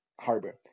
Harbor